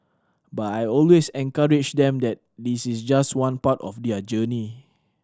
but I always encourage them that this is just one part of their journey